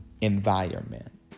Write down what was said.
environment